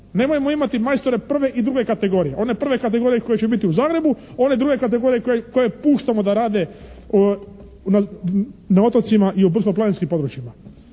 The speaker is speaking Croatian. Nemojmo imati majstore prve i druge kategorije, one prve kategorije koji će biti u Zagrebu, one druge kategorije koje puštamo da rade na otocima i u brdsko-planinskim područjima.